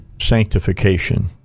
sanctification